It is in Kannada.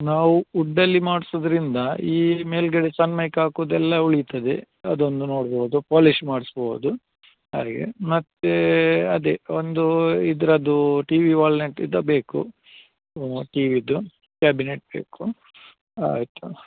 ನಾವು ವುಡ್ ಅಲ್ಲಿ ಮಾಡಿಸೋದ್ರಿಂದ ಈ ಮೇಲ್ಗಡೆ ಸನ್ಮೈಕ್ ಹಾಕೋದೆಲ್ಲ ಉಳಿತದೆ ಅದೊಂದು ನೋಡ್ಬೋದು ಪೋಲಿಶ್ ಮಾಡಿಸ್ಬೋದು ಹಾಗೆ ಮತ್ತೇ ಅದೆ ಒಂದೂ ಇದರದ್ದೂ ಟಿವಿ ವಾಲ್ನೆಟಿದ ಬೇಕು ಟಿವಿದು ಕ್ಯಾಬಿನೆಟ್ ಬೇಕು ಆಯಿತು